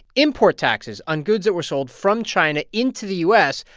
import taxes on goods that were sold from china into the u s.